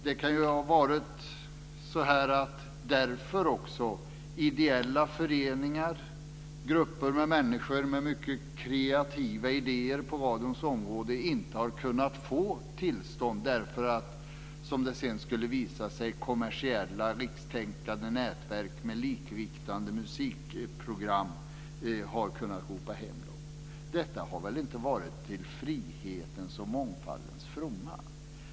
Det kan vara så att ideella föreningar och grupper av människor med mycket kreativa idéer på radions område inte har kunnat få tillstånd, som det sedan skulle visa sig, därför att kommersiella rikstäckande nätverk med likriktade musikprogram har kunnat ropa hem dem. Detta har väl inte varit till frihetens och mångfaldens fromma?